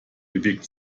bewegt